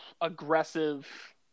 aggressive